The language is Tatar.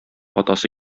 атасы